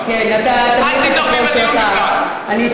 אבל אני אגיד לך את מה שאני חושבת.